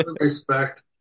respect